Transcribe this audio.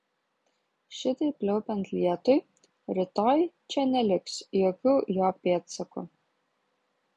šitaip pliaupiant lietui rytoj čia neliks jokių jo pėdsakų